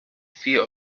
fear